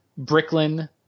Bricklin